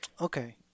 Okay